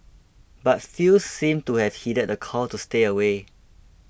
but few seemed to have heeded the call to stay away